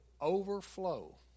overflow